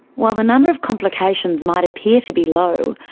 while the number of complications might appear to be low,